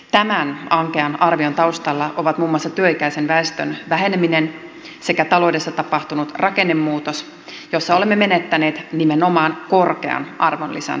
tämän ankean arvion taustalla ovat muun muassa työikäisen väestön väheneminen sekä taloudessa tapahtunut rakennemuutos jossa olemme menettäneet nimenomaan korkean arvonlisän tuotantoa